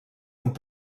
amb